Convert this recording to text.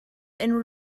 unrhyw